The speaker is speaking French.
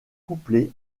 couplé